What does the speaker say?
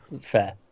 Fair